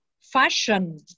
fashion